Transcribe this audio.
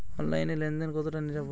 অনলাইনে লেন দেন কতটা নিরাপদ?